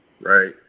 right